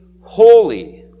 holy